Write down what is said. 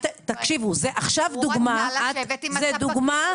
עכשיו זו דוגמה ------ עם הספקים.